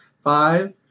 Five